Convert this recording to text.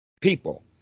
people